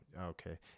Okay